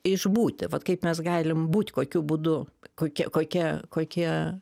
išbūti vat kaip mes galim būt kokiu būdu kokia kokia kokie